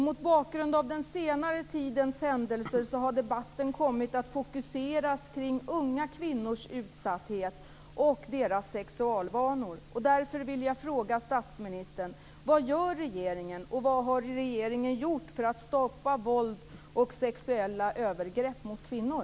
Mot bakgrund av den senare tidens händelser har debatten kommit att fokuseras kring unga kvinnors utsatthet och deras sexualvanor.